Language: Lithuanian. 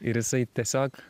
ir jisai tiesiog